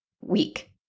week